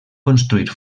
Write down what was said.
construir